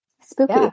spooky